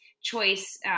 choice